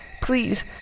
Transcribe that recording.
please